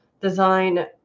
design